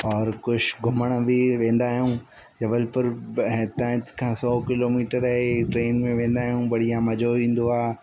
और कुझु घुमण बि वेंदा आहियूं जबलपुर हितां खां सौ किलोमीटर आहे ट्रेन में वेंदा आहियूं बढ़िया मजो ईंदो आहे